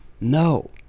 No